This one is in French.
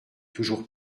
toujours